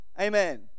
Amen